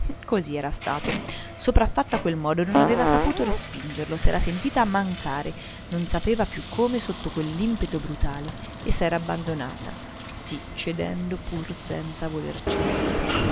così era stato sopraffatta a quel modo non aveva saputo respingerlo s'era sentita mancare non sapeva più come sotto quell'impeto brutale e s'era abbandonata sì cedendo pur senza voler concedere